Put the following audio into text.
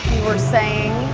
you were saying?